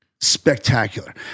spectacular